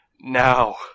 now